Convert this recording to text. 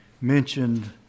mentioned